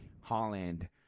Holland